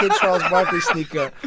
um charles barkley sneaker.